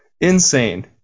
insane